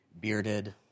Bearded